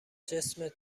جسمت